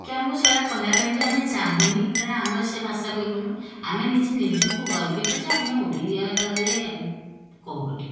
କି ଆମକୁ ସେଗୁଡ଼ା କହିବା ପାଇଁ ବି ଆମେ ଚାହୁଁନି କାରଣ ଆମର ସେ ଭାଷାକୁ ଇଏ କରୁନି ଆମେ ନିଜେ ନିଜକୁ ଗର୍ବିତ ଯେ ଆମେ ଓଡ଼ିଆରେ କହୁ ବୋଲି